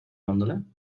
wandelen